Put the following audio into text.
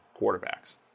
quarterbacks